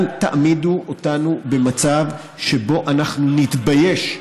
אל תעמידו אותנו במצב שבו אנחנו נתבייש,